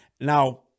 Now